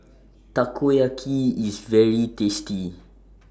Takoyaki IS very tasty